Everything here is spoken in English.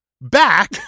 back